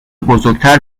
بزرگتر